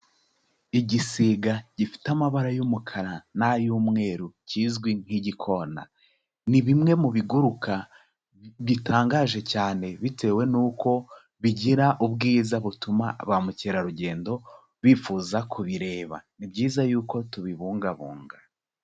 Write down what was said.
Igisiga gifite amabara y'umukara n'ay'umweru kizwi nk'igikona, ni bimwe mu biguruka bitangaje cyane bitewe n'uko bigira ubwiza butuma ba mukerarugendo bifuza kubireba, ni byiza yuko tubibungabunga.